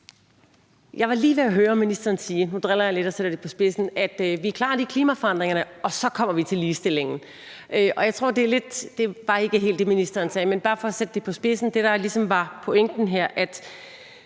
og sætter det på spidsen – at vi lige klarer klimaforandringerne, og så kommer vi til ligestillingen. Det var ikke helt det, ministeren sagde, men det er bare for at sætte det på spidsen. Det, der ligesom var pointen her, i